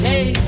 Hey